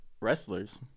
wrestlers